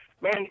Man